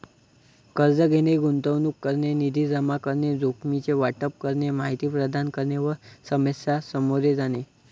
कर्ज घेणे, गुंतवणूक करणे, निधी जमा करणे, जोखमीचे वाटप करणे, माहिती प्रदान करणे व समस्या सामोरे जाणे